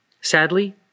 Sadly